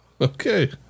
Okay